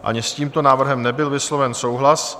Ani s tímto návrhem nebyl vysloven souhlas.